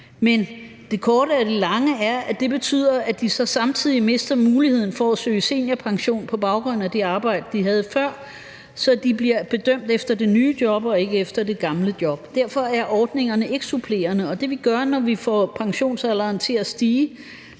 men det korte af det lange er, at det betyder, at de så samtidig mister muligheden for at søge seniorpension på baggrund af det arbejde, som de havde før, så de bliver bedømt efter det nye job og ikke efter det gamle job. Derfor er ordningerne ikke supplerende, og det, som vi gør, når vi får pensionsalderen til at stige,